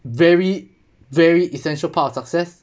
very very essential part of success